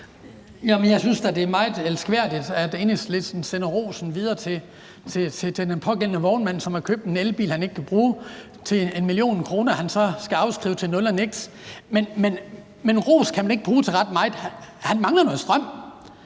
jeg synes da, det er meget elskværdigt, at Enhedslisten sender rosen videre til den pågældende vognmand, som har købt en elbil, han ikke kan bruge, til 1 mio. kr., som han så skal afskrive til nul og niks. Men ros kan han ikke bruge til ret meget, for han mangler noget strøm.